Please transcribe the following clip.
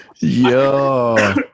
Yo